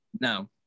no